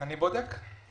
אני בודק.